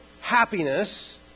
happiness